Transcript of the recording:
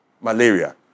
malaria